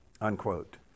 Unquote